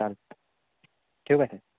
चालेल ठेऊ काय सर